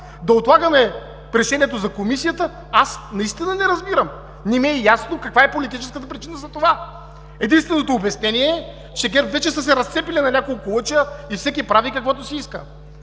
да отлагаме решението за Комисията? Аз наистина не разбирам! Не ми е ясно каква е политическата причина за това! Единствено обяснение е, че ГЕРБ вече са се разцепили на няколко лъча и всеки прави каквото си иска.